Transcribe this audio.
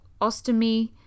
ostomy